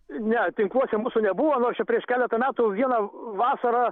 ne tinkluose mūsų nebuvo nors čia prieš keletą metų vieną vasarą